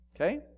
okay